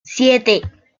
siete